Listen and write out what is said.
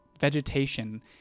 vegetation